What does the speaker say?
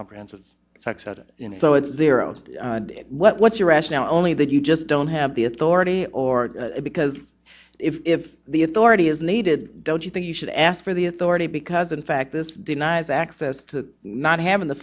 comprehensive sex ed so it's zero what's your rationale only that you just don't have the authority or because if the authority is needed don't you think you should ask for the authority because in fact this denies access to not having the